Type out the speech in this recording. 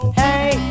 hey